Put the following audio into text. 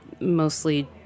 mostly